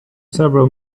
several